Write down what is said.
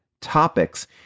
topics